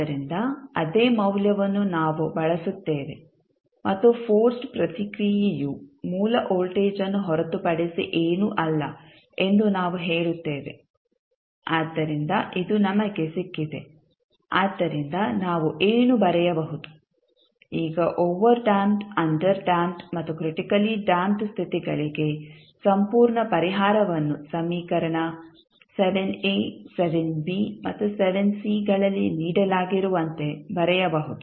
ಆದ್ದರಿಂದ ಅದೇ ಮೌಲ್ಯವನ್ನು ನಾವು ಬಳಸುತ್ತೇವೆ ಮತ್ತು ಫೋರ್ಸ್ಡ್ ಪ್ರತಿಕ್ರಿಯೆಯು ಮೂಲ ವೋಲ್ಟೇಜ್ ಅನ್ನು ಹೊರತುಪಡಿಸಿ ಏನೂ ಅಲ್ಲ ಎಂದು ನಾವು ಹೇಳುತ್ತೇವೆ ಆದ್ದರಿಂದ ಇದು ನಮಗೆ ಸಿಕ್ಕಿದೆ ಆದ್ದರಿಂದ ನಾವು ಏನು ಬರೆಯಬಹುದು ಈಗ ಓವರ್ ಡ್ಯಾಂಪ್ಡ್ ಅಂಡರ್ ಡ್ಯಾಂಪ್ಡ್ ಮತ್ತು ಕ್ರಿಟಿಕಲಿ ಡ್ಯಾಂಪ್ಡ್ ಸ್ಥಿತಿಗಳಿಗೆ ಸಂಪೂರ್ಣ ಪರಿಹಾರವನ್ನು ಸಮೀಕರಣ ಮತ್ತು ಗಳಲ್ಲಿ ನೀಡಲಾಗಿರುವಂತೆ ಬರೆಯಬಹುದು